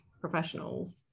professionals